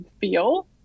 feel